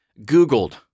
Googled